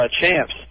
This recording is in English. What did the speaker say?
Champs